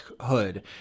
hood